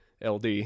LD